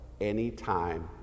anytime